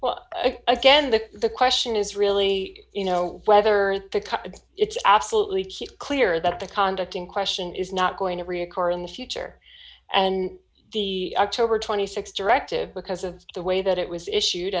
well i can that the question is really you know whether to cut it's absolutely clear that the conduct in question is not going to reoccur in the future and the october th directive because of the way that it was issued